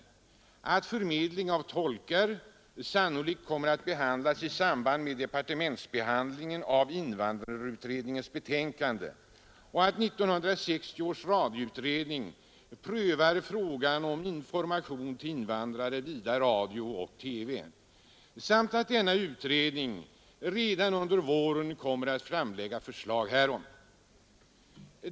Utskottet anför att frågan om förmedling av tolkar sannolikt kommer att behandlas i samband med departementsbehandlingen av invandrarutredningens betänkande och att 1969 års radioutredning prövar frågan om information till invandrare via radio och TV och redan under våren kommer att framlägga förslag härom.